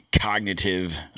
cognitive